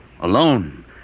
alone